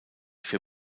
für